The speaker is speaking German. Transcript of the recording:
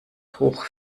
hoch